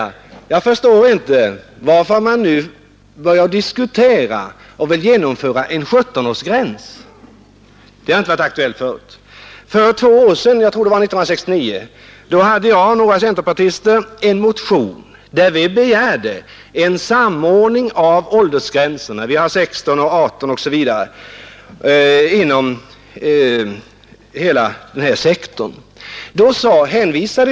Jag förstår inte varför man nu vill genomföra en 17-årsgräns; det har inte varit aktuellt tidigare. För två år sedan väckte jag tillsammans med några andra centerpartister en motion i vilken vi begärde en samordning av åldersgränserna inom hela denna sektor. Vi har nu gränserna 16 år, 18 år osv.